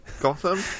Gotham